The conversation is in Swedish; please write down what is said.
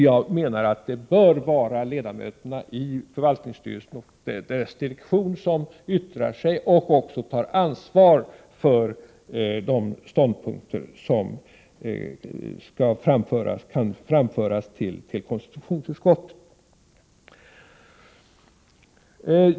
Jag menar att det bör vara ledamöterna i förvaltningsstyrelsen och dess direktion som yttrar sig och också tar ansvar för de ståndpunkter som framförs till konstitutionsutskottet.